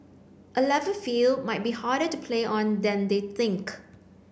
a level field might be harder to play on than they think